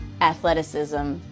athleticism